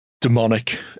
demonic